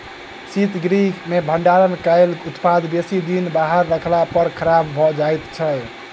शीतगृह मे भंडारण कयल उत्पाद बेसी दिन बाहर रखला पर खराब भ जाइत छै